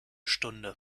stunde